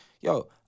yo